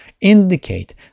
indicate